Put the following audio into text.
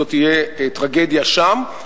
זו תהיה טרגדיה שם,